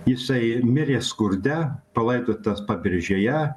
jisai mirė skurde palaidotas paberžėje